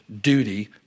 Duty